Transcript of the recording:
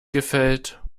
gefällt